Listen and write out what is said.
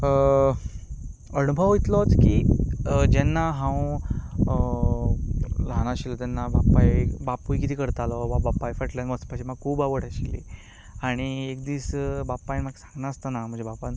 अणभव इतलोच की जेन्ना हांव ल्हान आशिल्लो तेन्ना बापायक बापूय कितें करतालो वा बापाय फाटल्यान वचपाची म्हाका खूब आवड आशिल्ली आनी एक दीस बापायन म्हाका सांगनासतना म्हज्या बाबान